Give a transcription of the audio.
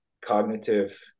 cognitive